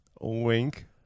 wink